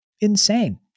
insane